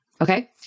Okay